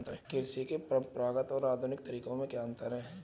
कृषि के परंपरागत और आधुनिक तरीकों में क्या अंतर है?